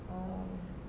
oh